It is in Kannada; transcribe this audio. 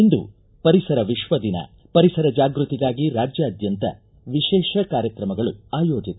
ಇಂದು ಪರಿಸರ ವಿಶ್ವ ದಿನ ಪರಿಸರ ಜಾಗೃತಿಗಾಗಿ ರಾಜ್ಯಾದ್ಯಂತ ವಿಶೇಷ ಕಾರ್ಯಕ್ರಮಗಳು ಆಯೋಜಿತ